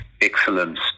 excellence